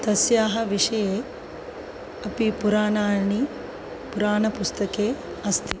तस्य विषये अपि पुराणानि पुराणपुस्तके अस्ति